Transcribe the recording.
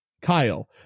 Kyle